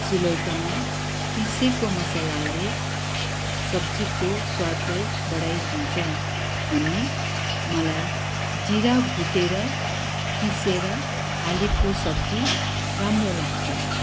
सिलौटोमा पिसेको मसलाले सब्जीको स्वादलाई बढाइदिन्छ अनि मलाई जिरा भुटेर पिसेर हालेको सब्जी राम्रो लाग्छ